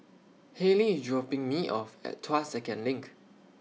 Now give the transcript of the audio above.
Halley IS dropping Me off At Tuas Second LINK